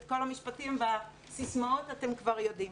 את כל המשפטים והסיסמאות אתם כבר יודעים.